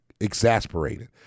exasperated